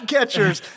Catchers